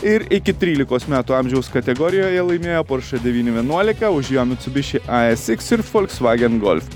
ir iki trylikos metų amžiaus kategorijoje laimėję porsche devyni vienuolika už jo mitsubishi a s x ir volkswagen golf